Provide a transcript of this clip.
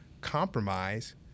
compromise